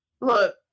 Look